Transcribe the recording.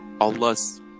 Allah's